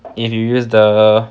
if you use the